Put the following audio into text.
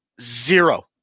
Zero